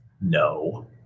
No